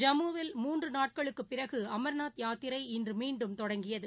ஜம்முவில் மூன்றுநாட்களுக்குபிறகுஅமா்நாத் யாத்திரை இன்றுமீண்டும் தொடங்கியது